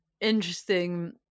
interesting